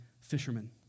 fishermen